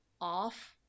off